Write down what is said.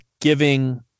giving